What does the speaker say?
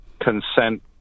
consent